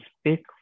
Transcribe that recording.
speak